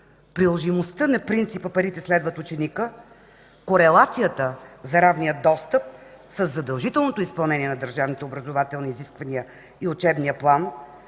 приложимостта на принципа парите следват ученика, корелацията за равния достъп със задължителното изпълнение на държавните